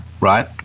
Right